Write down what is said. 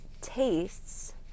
tastes